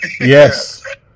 Yes